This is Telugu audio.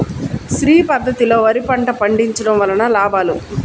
శ్రీ పద్ధతిలో వరి పంట పండించడం వలన లాభాలు?